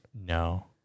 No